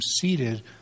seated